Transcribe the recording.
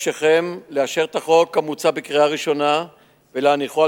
אבקשכם לאשר את החוק המוצע בקריאה ראשונה ולהניחו על